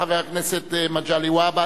חבר הכנסת מגלי והבה,